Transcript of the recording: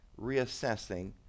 reassessing